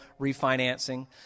refinancing